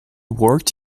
worked